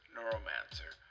Neuromancer